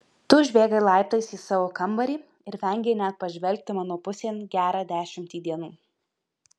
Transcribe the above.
tu užbėgai laiptais į savo kambarį ir vengei net pažvelgti mano pusėn gerą dešimtį dienų